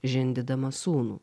žindydama sūnų